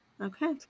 Okay